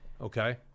Okay